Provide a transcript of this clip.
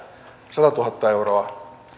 satatuhatta euroa